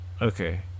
okay